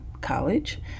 college